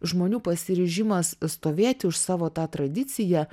žmonių pasiryžimas stovėti už savo tą tradiciją